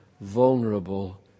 vulnerable